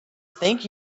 think